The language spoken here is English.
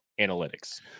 analytics